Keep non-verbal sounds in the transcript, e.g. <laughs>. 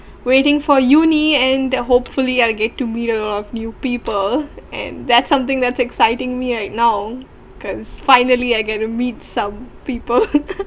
waiting for uni and hopefully I'll get to meet uh new people and that's something that's exciting me right now cause finally I got to meet some people <laughs>